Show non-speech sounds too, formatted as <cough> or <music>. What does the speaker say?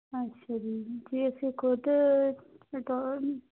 ਅੱਛਾ ਜੀ ਜੀ ਅਸੀਂ ਖੁਦ <unintelligible>